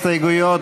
מסעוד גנאים,